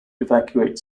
evacuate